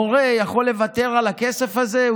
מורה יכול לוותר על הכסף הזה?